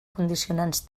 condicionants